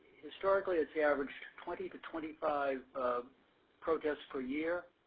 historically, its the average twenty to twenty five protests per year.